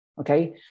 Okay